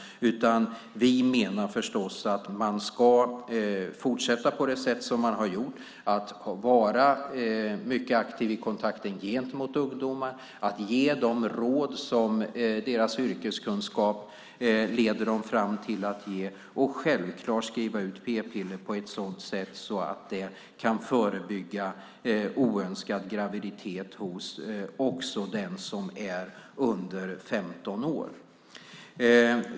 Vi menar förstås att man ska fortsätta på det sätt som man har gjort - att vara mycket aktiv i kontakten gentemot ungdomar, att ge de råd som yrkeskunskapen leder fram till och självfallet att skriva ut p-piller på ett sådant sätt att det kan förebygga oönskad graviditet också hos den som är under 15 år.